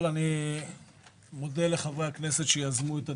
אני מודה לחברי הכנסת גפני וארבל שיזמו את הדיון,